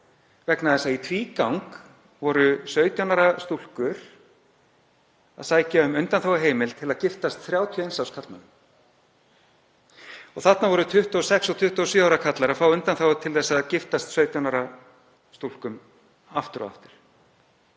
vegna þess að í tvígang voru 17 ára stúlkur að sækja um undanþáguheimild til að giftast 31 árs karlmönnum. Þarna voru 26 og 27 ára karlar að fá undanþágu til að giftast 17 ára stúlkum aftur og aftur.